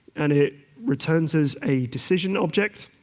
and it returns as a decision object.